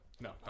No